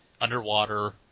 underwater –